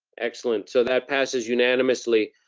excellent, so that passes unanimously.